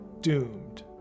doomed